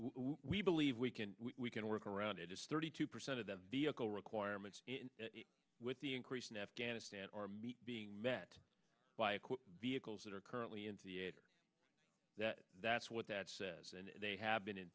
we believe we can we can work around it is thirty two percent of the vehicle requirements with the increase in afghanistan or meet being met by vehicles that are currently in theater that that's what that says and they have been in